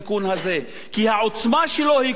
כי העוצמה שלו כל כך גדולה,